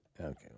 Okay